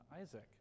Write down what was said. Isaac